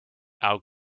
our